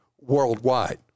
worldwide